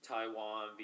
Taiwan